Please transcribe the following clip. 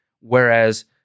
Whereas